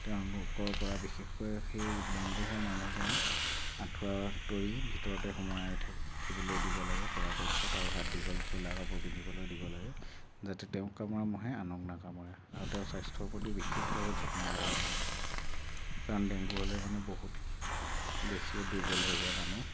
তেওঁলোকৰ পৰা বিশেষকৈ সেই ডেংগু হোৱা মানুহজনক আঁঠুৱা তৰি ভিতৰতে সোমোৱাই থৈ দিব লাগে পৰাপক্ষত আৰু হাত দীঘল চোলা কাপোৰ পিন্ধিবলৈ দিব লাগে যাতে তেওঁক কামোৰা ম'হে আনক নাকামোৰে আৰু তেওঁৰ স্বাস্থ্যৰ প্ৰতিও বিশেষভাৱে যত্ন ল'ব লাগে কাৰণ ডেংগু হ'লে মানে বহুত বেছিয়ে দুৰ্বল হৈ যায় মানুহ